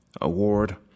award